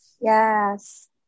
Yes